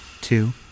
two